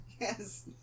Yes